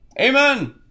Amen